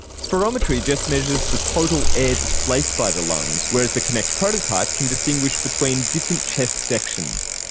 spirometry just measures the total air displaced by the lungs, whereas the kinect prototype can distinguish between different chest sections.